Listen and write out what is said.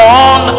on